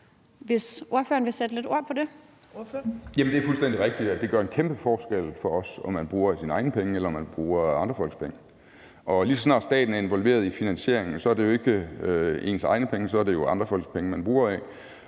Ordføreren. Kl. 15:27 Ole Birk Olesen (LA): Det er fuldstændig rigtigt, at det gør en kæmpe forskel for os, om man bruger sine egne penge eller man bruger andre folks penge. Og lige så snart staten er involveret i finansieringen, er det jo ikke ens egne penge, så er det jo andre folks penge, man bruger af.